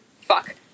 Fuck